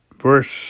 verse